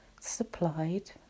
supplied